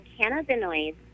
cannabinoids